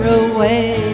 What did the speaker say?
away